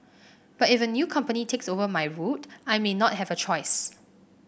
but if a new company takes over my route I may not have a choice